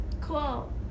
cool